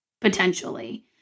potentially